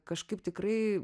kažkaip tikrai